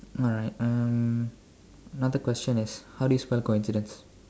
alright um another question is how do you spell coincidence